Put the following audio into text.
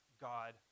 God